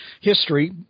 history